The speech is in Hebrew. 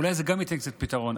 אולי זה ייתן קצת פתרון,